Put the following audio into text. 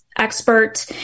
expert